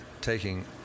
taking